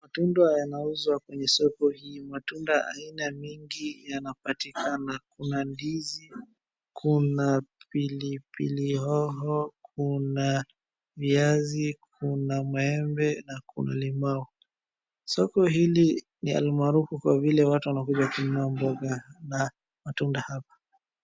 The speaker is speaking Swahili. Matunda yanauzwa kwenye soko hii. Matunda aina mingi yanapatikana. Kuna ndizi, kuna pilipili hoho, kuna viazi, kuna maembe na kuna limau. Soko hili ni almaarufu kwa vile watu wanakuja kununua mboga na matunda hapya.